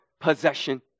possession